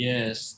Yes